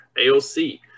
AOC